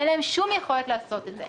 אין להם שום יכולת לעשות את זה.